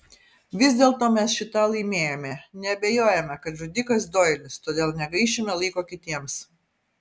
vis dėlto mes šį tą laimėjome nebeabejojame kad žudikas doilis todėl negaišime laiko kitiems